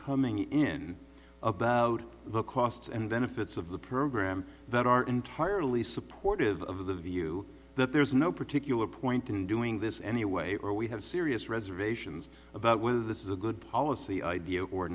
coming in about the costs and benefits of the program that are entirely supportive of the view that there's no particular point in doing this anyway or we have serious reservations about whether this is a good policy idea or